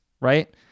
right